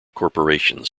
corporations